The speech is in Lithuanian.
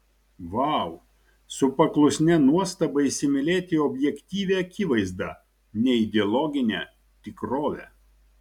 vau su paklusnia nuostaba įsimylėti objektyvią akivaizdą neideologinę tikrovę